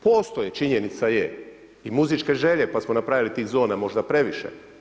Postoji, činjenica je i muzičke želje, pa samo napravili tih zona možda previše.